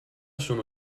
sono